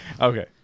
Okay